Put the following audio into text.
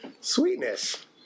Sweetness